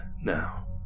now